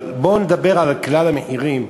אבל בואו נדבר על כלל המחירים.